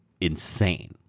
insane